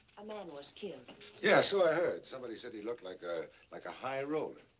um um was killed. yeah so i heard. somebody said he looked like ah like a high roller.